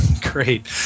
Great